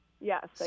Yes